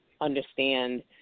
understand